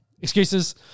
excuses